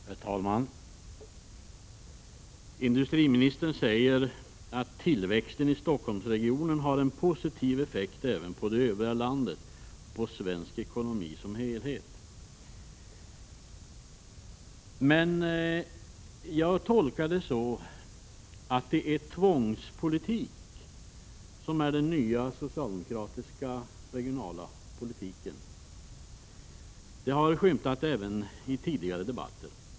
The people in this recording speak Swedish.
Herr talman! Industriministern säger att tillväxten i Stockholmsregionen har en positiv effekt även på det övriga landet, på svensk ekonomi som helhet. Jag tolkar det så att det är tvångspolitik som är den nya socialdemokratiska regionalpolitiken. Det har framskymtat även i tidigare debatter.